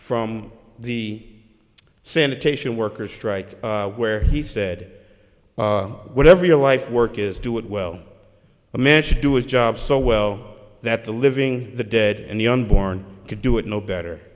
from the sanitation workers strike where he said whatever your life's work is do it well a man should do its job so well that the living the dead and the unborn could do it no better